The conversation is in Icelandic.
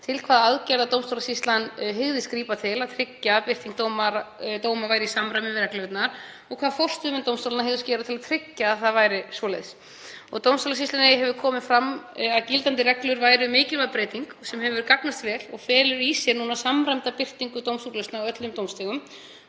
til hvaða aðgerða dómstólasýslan hygðist grípa til að tryggja að birting dóma væri í samræmi við reglurnar og hvað forstöðumenn dómstólanna hygðust gera til að tryggja að svo væri. Hjá dómstólasýslunni hefur komið fram að gildandi reglur væru mikilvæg breyting sem hefur gagnast vel og felur í sér samræmda birtingu dómsúrlausna á öllum dómstigum